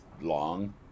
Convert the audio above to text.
long